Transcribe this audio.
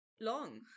long